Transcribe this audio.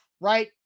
right